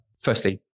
firstly